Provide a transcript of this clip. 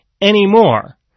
anymore